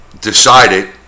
decided